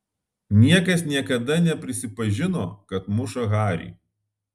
niekas niekada neprisipažino kad muša harį